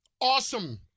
Awesome